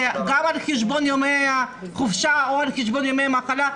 גם על חשבון ימי החופשה או על חשבון ימי מחלה.